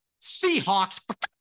Seahawks